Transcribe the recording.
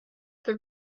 the